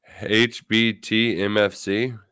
H-B-T-M-F-C